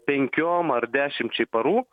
penkiom ar dešimčiai parų